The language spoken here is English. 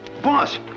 Boss